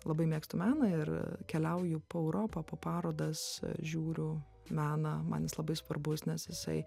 labai mėgstu meną ir keliauju po europą po parodas žiūriu meną man jis labai svarbus nes jisai